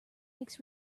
makes